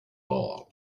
ball